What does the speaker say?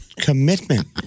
commitment